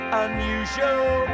unusual